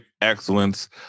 excellence